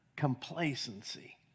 complacency